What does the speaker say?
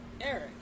Eric